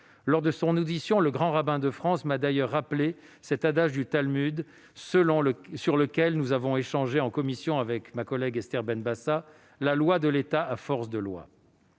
Lors de son audition, le Grand rabbin de France m'a d'ailleurs rappelé cet adage du Talmud, sur lequel nous avons échangé en commission avec ma collègue Esther Benbassa :« La loi de l'État a force de loi.